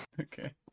Okay